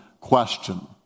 question